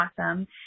awesome